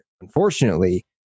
Unfortunately